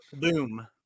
Boom